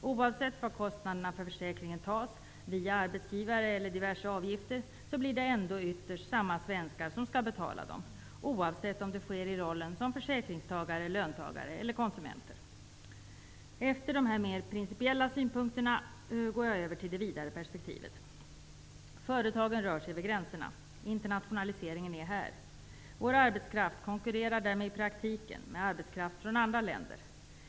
Oavsett var kostnaderna för försäkringen tas -- via arbetsgivare eller via diverse avgifter -- blir det ändå ytterst samma svenskar som skall betala dem, oberoende av om det sker i rollen som försäkringstagare, löntagare eller konsumenter. Efter dessa mer principiella synpunkter går jag över till det vidare perspektivet. Företagen rör sig över gränserna. Internationaliseringen är här. Vår arbetskraft konkurrerar därmed i praktiken med arbetskraft från andra länder.